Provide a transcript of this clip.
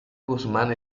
guzmán